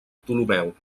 ptolemeu